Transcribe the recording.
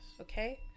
okay